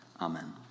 amen